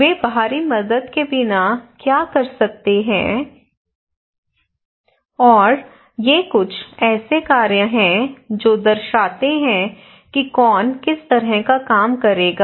वे बाहरी मदद के बिना क्या कर सकते हैं और बाहरी मदद से वे क्या कर सकते हैं और ये कुछ ऐसे कार्य हैं जो यह दर्शाते हैं कि कौन किस तरह का काम करेगा